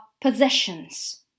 possessions